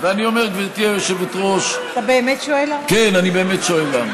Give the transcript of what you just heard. ואני אומר, גברתי היושבת-ראש, אתה באמת שואל למה?